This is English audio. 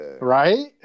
Right